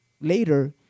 Later